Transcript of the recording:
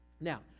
Now